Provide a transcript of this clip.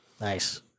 Nice